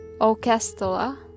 orchestra